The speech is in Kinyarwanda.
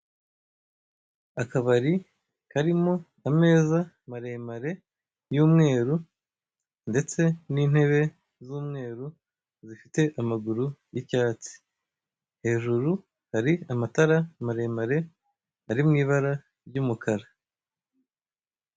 Akabari karimo ameza maremare ya umweru ndetse nintebe za umweru zifite amaguru ya icyatsi. Hejuru hari amatara maremare ari mu ibara rya umukara.